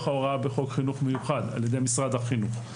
ההוראה בחוק חינוך מיוחד על ידי משרד החינוך.